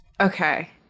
Okay